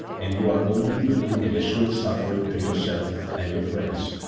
and you are only bringing additional suffering to yourself and your friends.